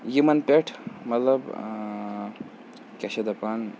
یِمَن پٮ۪ٹھ مطلب کیٛاہ چھِ اَتھ دَپان